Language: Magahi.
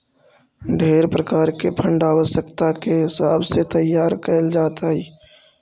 ढेर प्रकार के फंड आवश्यकता के हिसाब से तैयार कैल जात हई